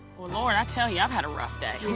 well, lord, i'll tell you, i've had a rough day.